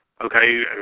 okay